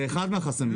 זה אחד מהחסמים.